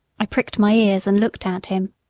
i pricked my ears and looked at him.